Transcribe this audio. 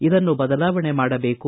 ಇದನ್ನು ಬದಲಾವಣೆ ಮಾಡಬೇಕು